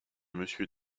monsieur